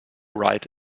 write